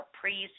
priest